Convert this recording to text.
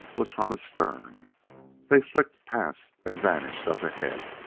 was from astern they flicked past and vanished up ahead.